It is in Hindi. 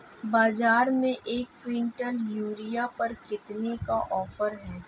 बाज़ार में एक किवंटल यूरिया पर कितने का ऑफ़र है?